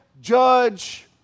Judge